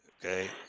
Okay